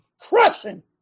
Crushing